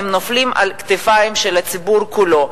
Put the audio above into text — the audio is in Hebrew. הן נופלות על הכתפיים של הציבור כולו,